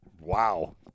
Wow